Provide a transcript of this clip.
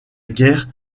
guerre